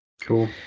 Cool